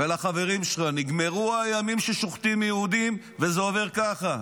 ולחברים שלך: היום נגמרו הימים ששוחטים יהודים וזה עובר ככה.